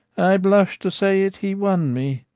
i blush to say it, he won me.